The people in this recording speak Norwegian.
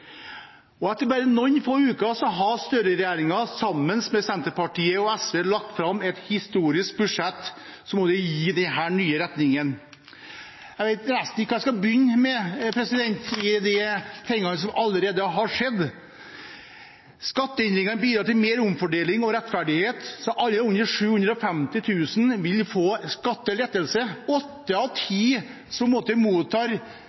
Etter bare noen få uker har Støre-regjeringen, sammen med SV, lagt fram et historisk budsjett, som vil gi ny retning. Jeg vet nesten ikke hvor jeg skal begynne med det som allerede har skjedd: Skatteendringer bidrar til mer omfordeling og rettferdighet. Alle med under 750 000 kr i inntekt vil få skattelettelse. Åtte av ti som mottar